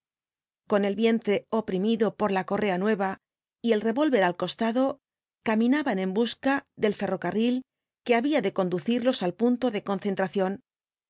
con el vientre oprimido por la correa nueva y el revólver al costado caminaban en busca del ferrocarril que había de conducirlos al punto de concentración